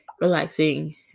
relaxing